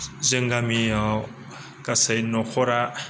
जों गामियाव गासै न'खरा